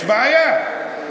יש בעיה.